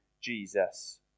Jesus